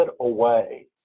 away